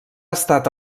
estat